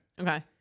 okay